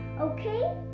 okay